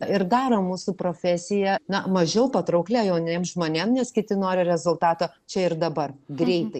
ir daro mūsų profesiją na mažiau patrauklia jauniems žmonėms nes kiti nori rezultato čia ir dabar greitai